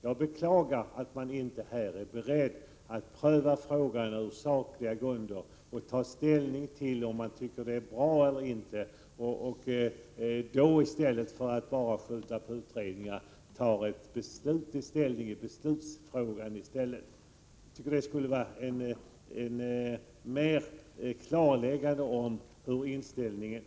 Jag beklagar att man här inte är beredd att pröva frågan på sakliga grunder och ta ställning till om de framlagda förslagen är bra eller inte. I stället för att bara överlämna ärendet till utredning bör man definitivt ta ställning i beslutsfrågan. Då får vi klarlagt vilken inställning som man verkligen har i detta avseende.